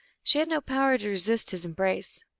she had no power to resist his embrace.